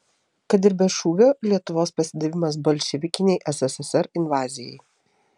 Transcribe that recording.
kad ir be šūvio lietuvos pasidavimas bolševikinei sssr invazijai